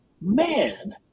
man